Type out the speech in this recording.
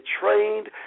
trained